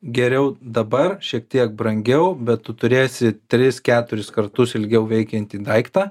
geriau dabar šiek tiek brangiau bet tu turėsi tris keturis kartus ilgiau veikiantį daiktą